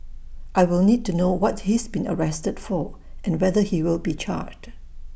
I will need to know what he's been arrested for and whether he will be charged